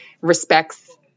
respects